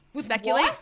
speculate